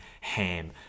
ham